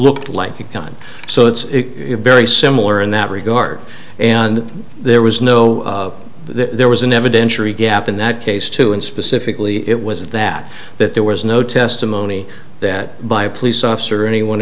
looked like it coming so it's very similar in that regard and there was no there was an evidentiary gap in that case too and specifically it was that that there was no testimony that by a police officer or anyone